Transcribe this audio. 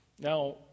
Now